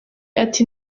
ati